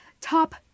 top